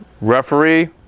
Referee